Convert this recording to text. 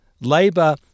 Labor